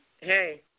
hey